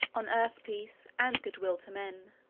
on earth peace, and goodwill to men